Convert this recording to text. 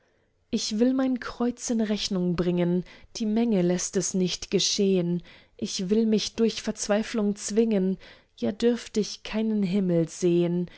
ich will mein kreuz in rechnung bringen die menge läßt es nicht geschehn ich will mich durch verzweiflung zwingen ja dürft ich keinen himmel sehn